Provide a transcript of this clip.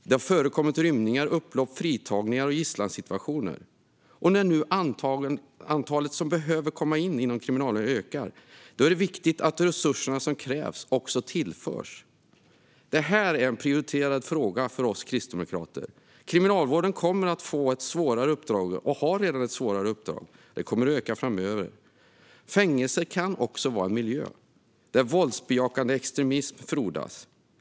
Det har förekommit rymningar, upplopp, fritagningar och gisslansituationer. När nu antalet intagna i kriminalvården ökar är det viktigt att de resurser som krävs tillförs, vilket är en prioriterad fråga för oss kristdemokrater. Kriminalvården har ett svårt uppdrag som kommer att bli ännu svårare framöver. Fängelser kan också vara en miljö där våldsbejakande extremism frodas.